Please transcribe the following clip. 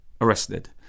arrested